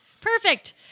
perfect